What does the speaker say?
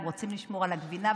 הם רוצים לשמור על הגבינה,